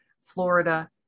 Florida